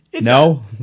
No